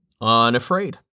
unafraid